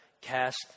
cast